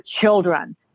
children